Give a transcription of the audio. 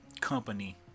company